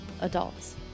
adults